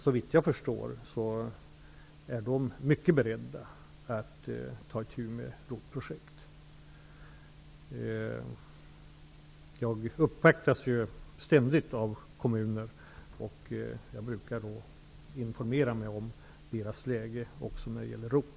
Såvitt jag förstår är man verkligen beredd att ta itu med ROT-projekt. Jag uppvaktas ju ständigt av företrädare för kommunerna och brukar då informera mig om kommunernas läge också när det gäller ROT